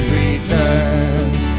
returns